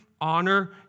honor